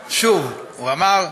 שוב, הוא אמר: